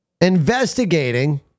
investigating